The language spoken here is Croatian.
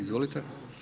Izvolite.